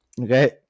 Okay